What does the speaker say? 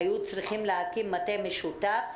היו צריכים להקים מטה משותף.